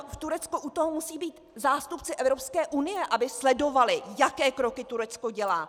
Přece v Turecku u toho musí být zástupci Evropské unie, aby sledovali, jaké kroky Turecko dělá.